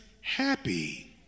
happy